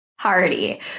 party